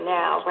now